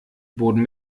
boden